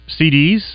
CDs